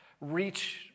reach